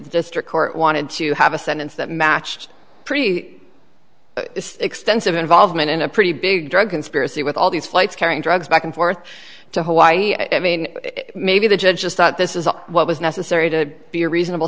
district court wanted to have a sentence that matched pretty extensive involvement in a pretty big drug conspiracy with all these flights carrying drugs back and forth to hawaii i mean maybe the judge just thought this is what was necessary to be a reasonable